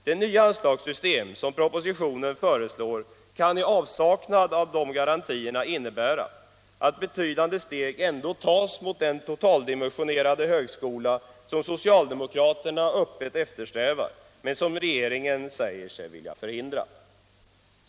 Det nya anslagssystem som propositionen föreslår kan i avsaknad av sådana garantier innebära att betydande steg ändå tas mot den totaldimensionerade högskola som socialdemokraterna öppet eftersträvar men som regeringen säger sig vilja förhindra.